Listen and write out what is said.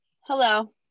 hello